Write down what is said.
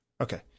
Okay